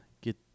get